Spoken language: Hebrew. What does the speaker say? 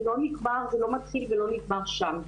זה לא נגמר ולא מתחיל ולא נגמר שם.